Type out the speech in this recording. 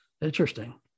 interesting